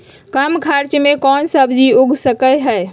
कम खर्च मे कौन सब्जी उग सकल ह?